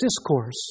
discourse